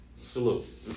Salute